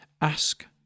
Ask